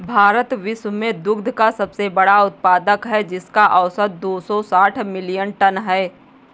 भारत विश्व में दुग्ध का सबसे बड़ा उत्पादक है, जिसका औसत दो सौ साठ मिलियन टन है